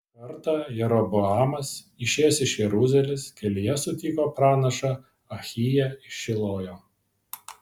kartą jeroboamas išėjęs iš jeruzalės kelyje sutiko pranašą ahiją iš šilojo